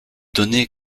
donné